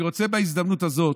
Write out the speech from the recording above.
אני רוצה, בהזדמנות הזאת,